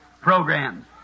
programs